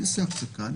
נעשה הפסקה,